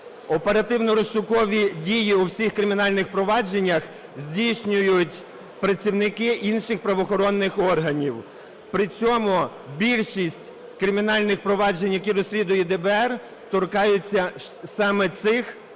Оперативно-розшукові дії у всіх кримінальних провадженнях здійснюють працівники інших правоохоронних органів, при цьому більшість кримінальних проваджень, які розслідує ДБР, торкаються саме цих